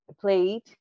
played